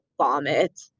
vomit